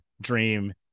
dream